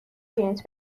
پرینت